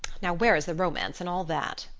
now, where is the romance in all that?